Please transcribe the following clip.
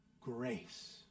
grace